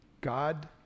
God